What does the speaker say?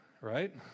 right